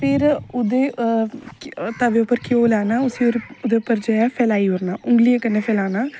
फिर ओहदे तबे उपर घ्यो लैना उसी ओहदे उप्पर फैलाई ओड़ना उंगलियें कन्नै फैलाना